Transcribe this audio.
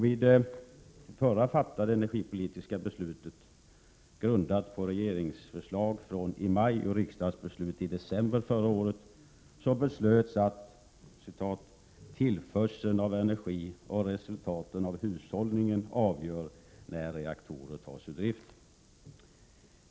Vid senast fattade energipolitiska beslutet, grundat på regeringsförslag från i maj och riksdagsbeslut i december förra året, beslöts att ”tillförseln av energi och resultaten av hushållningen avgör när reaktorer tas ur drift”.